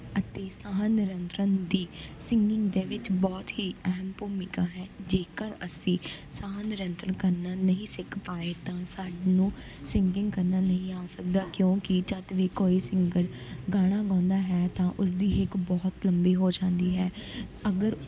ਅਤੇ ਸਾਹ ਨਿਰੰਤਰਨ ਦੀ ਸਿੰਗਿੰਗ ਦੇ ਵਿੱਚ ਬਹੁਤ ਹੀ ਅਹਿਮ ਭੂਮਿਕਾ ਹੈ ਜੇਕਰ ਅਸੀਂ ਸਾਹ ਨਿਰੰਤਰ ਕਰਨਾ ਨਹੀਂ ਸਿੱਖ ਪਾਏ ਤਾਂ ਸਾਨੂੰ ਸਿੰਗਿੰਗ ਕਰਨਾ ਨਹੀਂ ਆ ਸਕਦਾ ਕਿਉਂਕਿ ਜਦੋਂ ਵੀ ਕੋਈ ਸਿੰਗਰ ਗਾਣਾ ਗਾਉਂਦਾ ਹੈ ਤਾਂ ਉਸਦੀ ਹੇਕ ਬਹੁਤ ਲੰਬੀ ਹੋ ਜਾਂਦੀ ਹੈ ਅਗਰ